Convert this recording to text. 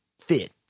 fit